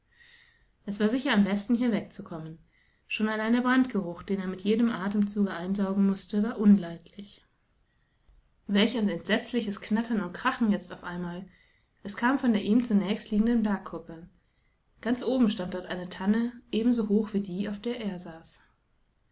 wennderadlerbaldzurückkäme eswar sicher am besten hier wegzukommen schon allein der brandgeruch den er mitjedematemzugeeinsaugenmußte warunleidlich welch ein entsetzliches knattern und krachen jetzt auf einmal es kam von der ihm zunächst liegenden bergkuppe ganz oben stand dort eine tanne ebenso hoch wie die auf der er saß